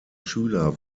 schüler